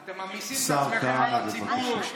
אתם ממאיסים את עצמכם על הציבור.